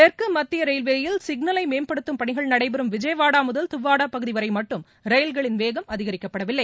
தெற்குமத்தியரயில்வேயில் சிக்னலைமேம்படுத்தும் பணிகள் நடைபெறும் விஜயவாடாமுதல் துவ்வாடாபகுதிவரமட்டும் ரயில்களின் வேகம் அதிகரிக்கப்படவில்லை